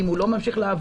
אם הוא לא ממשיך לעבוד